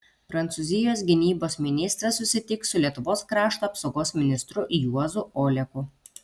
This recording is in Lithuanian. prancūzijos gynybos ministras susitiks su lietuvos krašto apsaugos ministru juozu oleku